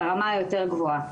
ברמה היותר גבוהה.